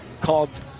called